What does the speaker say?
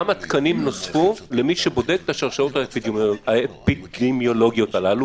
כמה תקנים נוספו למי שבודק את השרשרת האפידמיולוגיות הללו